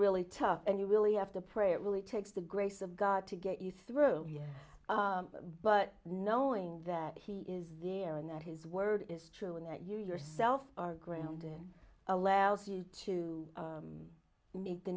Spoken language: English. really tough and you really have to pray it really takes the grace of god to get you through yet but knowing that he is the and that his word is true and that you yourself are grounded and allows you to meet the